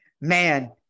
Man